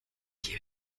die